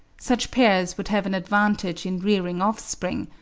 such pairs would have an advantage in rearing offspring,